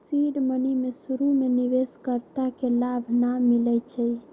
seed money में शुरु में निवेश कर्ता के लाभ न मिलै छइ